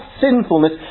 sinfulness